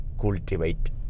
cultivate